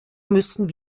müssen